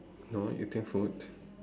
no eating food